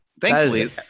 Thankfully